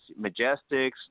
Majestics